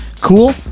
Cool